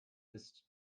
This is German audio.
ist